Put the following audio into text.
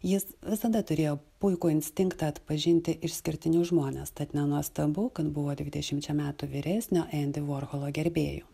jis visada turėjo puikų instinktą atpažinti išskirtinius žmones tad nenuostabu kad buvo tik dešimčia metų vyresnio endi vorholo gerbėju